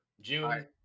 June